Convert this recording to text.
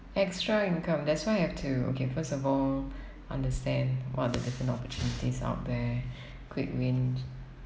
extra income that's why you have to okay first of all understand what are the different opportunities out there quick win